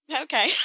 Okay